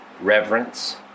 Reverence